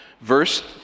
Verse